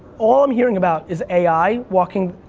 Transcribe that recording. all i'm hearing about is ai walking.